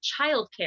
childcare